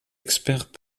expert